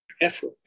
effort